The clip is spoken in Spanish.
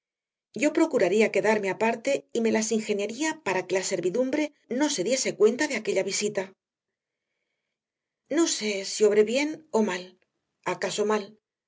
yo procuraría quedarme aparte y me las ingeniaría para que la servidumbre no se diese cuenta de aquella visita no sé si obré bien o mal acaso mal